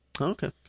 Okay